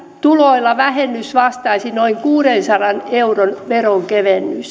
tuloilla vähennys vastaisi noin kuudensadan euron veronkevennystä